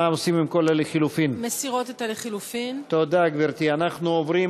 בעד, 47, נגד,